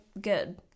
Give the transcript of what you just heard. good